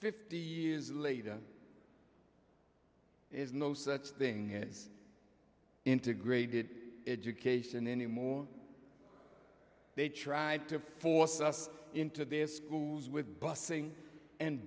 fifty years later is no such thing is integrated education anymore they tried to force us into their schools with busing and